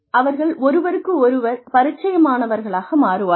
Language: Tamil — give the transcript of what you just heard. அவர்கள் ஒருவருக்கொருவர் பரிச்சயமானவர்களாக மாறுவார்கள்